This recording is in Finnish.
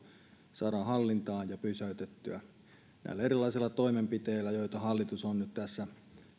saadaan hallintaan ja pysäytettyä näillä erilaisilla toimenpiteillä joita hallitus on nyt tässä